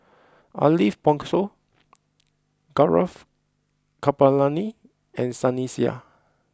Ariff Bongso Gaurav Kripalani and Sunny Sia